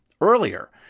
earlier